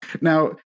Now